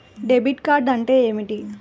Debit card అంటే ఏమిటి?